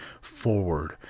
forward